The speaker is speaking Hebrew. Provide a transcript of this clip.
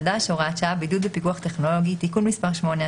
החדש(הוראת שעה) (בידוד בפיקוח טכנולוגי) (תיקון מס' 8),